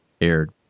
aired